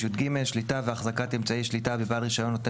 שליטה והחזקה אמצעי שליטה בבעל רישיון נותן